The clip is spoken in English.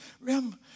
Remember